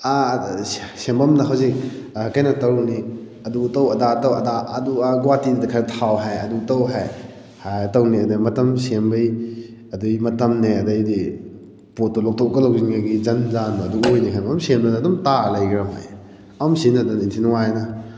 ꯁꯦꯝꯐꯝꯗ ꯍꯧꯖꯤꯛ ꯀꯩꯅꯣ ꯇꯧꯔꯨꯅꯤ ꯑꯗꯨ ꯇꯧ ꯑꯗꯥ ꯇꯧ ꯑꯗꯥ ꯑꯗꯨ ꯑꯥ ꯒꯨꯋꯥꯍꯥꯇꯤꯗꯨꯗ ꯈꯔ ꯊꯥꯎ ꯍꯥꯏ ꯑꯗꯨ ꯇꯧ ꯍꯥꯏ ꯍꯥꯏꯔ ꯇꯧꯅꯤ ꯑꯗꯩ ꯃꯇꯝ ꯁꯦꯝꯕꯩ ꯑꯗꯨꯒꯤ ꯃꯇꯝꯅꯦ ꯑꯗꯩꯗꯤ ꯄꯣꯠꯇꯣ ꯂꯧꯊꯣꯛꯀ ꯂꯧꯁꯤꯟꯒꯒꯤ ꯖꯟ ꯖꯥꯟ ꯑꯗꯨꯝ ꯑꯣꯏꯅꯤ ꯍꯥꯏꯕ ꯑꯗꯨꯝ ꯁꯦꯝꯗꯅ ꯇꯥꯔꯒ ꯂꯩꯈ꯭ꯔꯕꯅꯦ ꯑꯝ ꯁꯤꯖꯤꯅꯗꯅ ꯏꯟꯊꯤ ꯅꯨꯡꯉꯥꯏꯅ